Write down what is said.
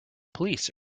police